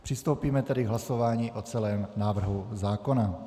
Přistoupíme tedy k hlasování o celém návrhu zákona.